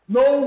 no